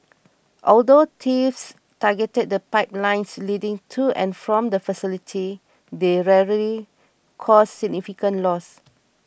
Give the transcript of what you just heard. although thieves targeted the pipelines leading to and from the facility they rarely caused significant loss